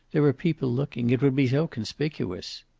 there are people looking. it would be so conspicuous.